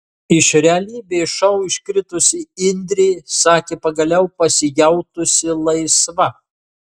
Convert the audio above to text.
iš realybės šou iškritusi indrė sakė pagaliau pasijautusi laisva